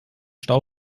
stau